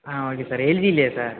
ஆ okay sir LG இல்லையா sir